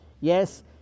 Yes